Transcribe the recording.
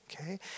okay